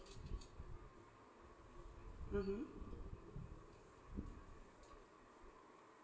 mmhmm